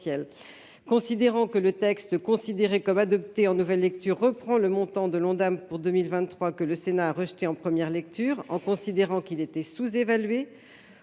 considérant que le texte considéré comme adopté en nouvelle lecture, reprend le montant de l'Ondam pour 2023, que le Sénat a rejeté en première lecture en considérant qu'il était sous-évalué,